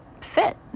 fit